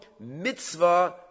mitzvah